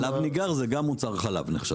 חלב ניגר נחשב גם למוצר חלב.